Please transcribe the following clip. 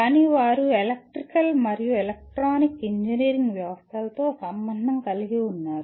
కానీ వారు ఎలక్ట్రికల్ మరియు ఎలక్ట్రానిక్ ఇంజనీరింగ్ వ్యవస్థలతో సంబంధం కలిగి ఉన్నారు